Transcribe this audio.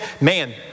man